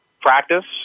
practice